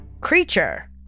creature